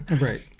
right